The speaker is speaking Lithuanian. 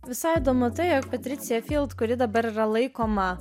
visada matai jog patricija kuri dabar yra laikoma